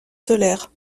solaires